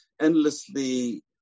endlessly